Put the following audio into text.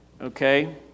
Okay